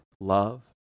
love